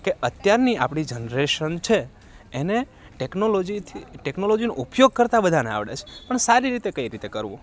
કે અત્યારની આપણી જનરેશન છે એને ટેકનોલોજીથી ટેકનોલોજીનો ઉપયોગ કરતા બધાંને આવડે છે પણ સારી રીતે કઈ રીતે કરવું